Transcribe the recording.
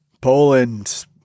Poland